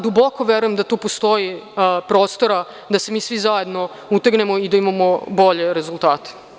Duboko verujem da tu postoji prostora da se mi svi zajedno utegnemo i da imamo bolje rezultate.